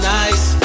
nice